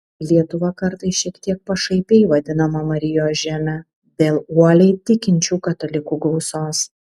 lietuva kartais šiek tiek pašaipiai vadinama marijos žeme dėl uoliai tikinčių katalikų gausos